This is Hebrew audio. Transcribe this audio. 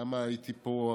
כמה הייתי פה?